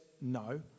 no